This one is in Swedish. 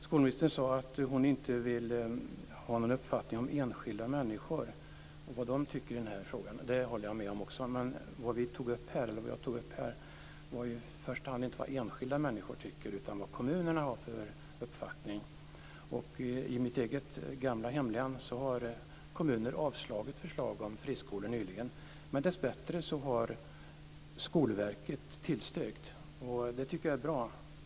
Skolministern sade att hon inte vill ha någon uppfattning om enskilda människor och om vad de tycker i den här frågan. Det håller jag med om. Vad jag tog upp var i första hand inte vad enskilda människor tycker utan vad kommunerna har för uppfattning. I mitt eget gamla hemlän har kommuner nyligen avslagit ansökningar om friskolor. Dessbättre har Skolverket tillstyrkt, och det tycker jag är bra.